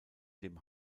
dem